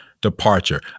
departure